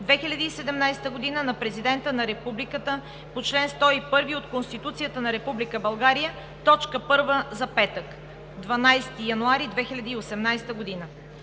2017 г. на президента на Републиката по чл. 101 от Конституцията на Република България – точка първа за петък, 12 януари 2018 г.